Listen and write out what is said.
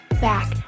back